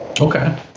Okay